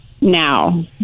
now